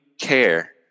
care